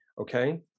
okay